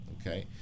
Okay